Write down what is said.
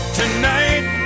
tonight